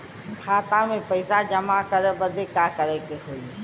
खाता मे पैसा जमा करे बदे का करे के होई?